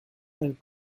and